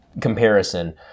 comparison